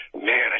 man